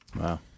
Wow